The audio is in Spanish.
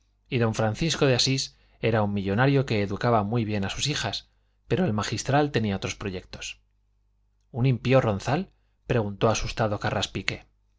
y don francisco de asís era un millonario que educaba muy bien a sus hijas pero el magistral tenía otros proyectos un impío ronzal preguntó asustado